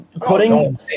Putting